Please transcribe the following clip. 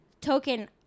token